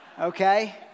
Okay